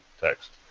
text